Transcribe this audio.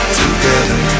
together